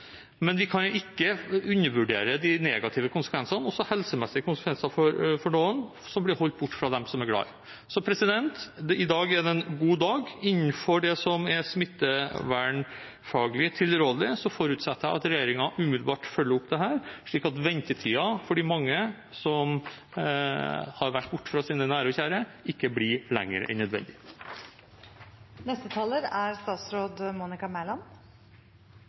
Men vi kan ikke undervurdere de negative konsekvensene, også helsemessige konsekvenser, for noen som blir holdt borte fra dem de er glad i. Så i dag er det en god dag. Innenfor det som er smittevernfaglig tilrådelig, forutsetter jeg at regjeringen umiddelbart følger opp dette, slik at ventetiden for de mange som har vært borte fra sine nære og kjære, ikke blir lengre enn nødvendig. Jeg er